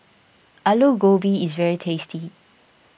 Alu Gobi is very tasty